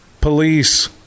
police